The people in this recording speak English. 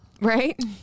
Right